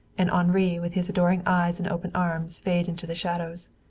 and henri with his adoring eyes and open arms fade into the shadows.